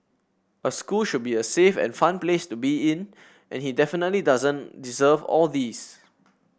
a school should be a safe and fun place to be in and he definitely doesn't deserve all these